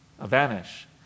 vanish